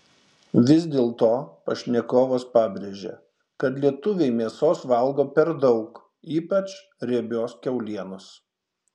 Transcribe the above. vis dėlto pašnekovas pabrėžia kad lietuviai mėsos valgo per daug ypač riebios kiaulienos